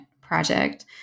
project